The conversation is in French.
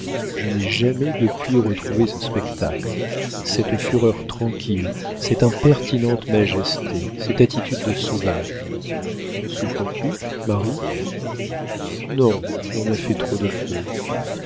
je n'ai jamais depuis retrouvé ce spectacle cette fureur tranquille cette impertinente majesté cette attitude de sauvage souffres-tu marie non on a fait trop de feu